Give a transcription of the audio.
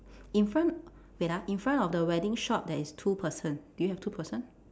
in front wait lah in front of the wedding shop there is two person do you have two person